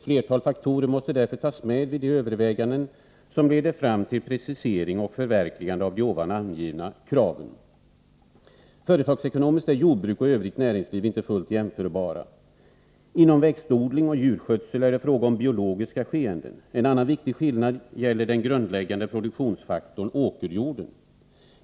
Flera faktorer måste därför tas med vid de överväganden som leder fram till precisering och förverkligande av de angivna kraven. Företagsekonomiskt är jordbruk och övrigt näringsliv inte fullt jämförbara. Inom växtodling och djurskötsel är det fråga om biologiska skeenden. En annan viktig skillnad gäller den grundläggande produktionsfaktorn, åkerjorden.